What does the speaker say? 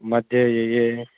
मध्ये ये ये